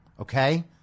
Okay